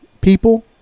people